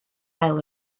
ail